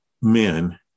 men